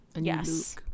yes